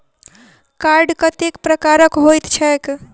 Card कतेक प्रकारक होइत छैक?